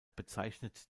bezeichnet